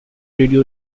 radio